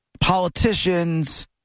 politicians